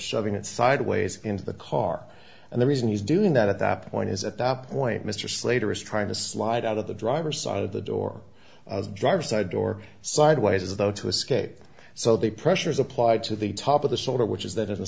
shoving it sideways into the car and the reason he's doing that at that point is at that point mr slater is trying to slide out of the driver's side of the door driver's side door sideways as though to escape so the pressure is applied to the top of the shoulder which is that is a